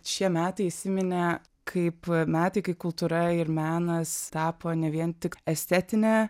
šie metai įsiminė kaip metai kai kultūra ir menas tapo ne vien tik estetinė